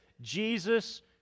Jesus